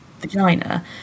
vagina